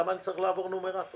למה אני צריך לעבור נומרטור?